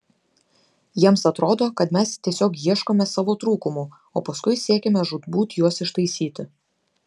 jiems atrodo kad mes tiesiog ieškome savo trūkumų o paskui siekiame žūtbūt juos ištaisyti